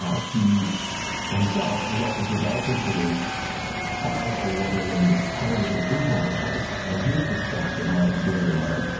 ah he himself has also developed and produced five award winning television infomercials. and here's the stat that might blow your mind.